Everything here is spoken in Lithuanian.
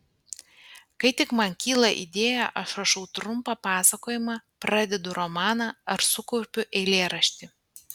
kai tik man kyla idėja aš rašau trumpą pasakojimą pradedu romaną ar sukurpiu eilėraštį